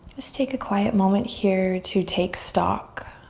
just take a quiet moment here to take stock.